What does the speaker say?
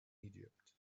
egypt